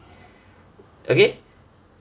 okay